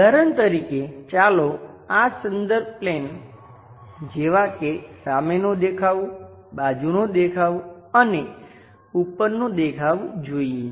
ઉદાહરણ તરીકે ચાલો આ સંદર્ભ પ્લેન જેવા કે સામેનો દેખાવ બાજુનો દેખાવ અને ઉપરનો દેખાવ જોઈએ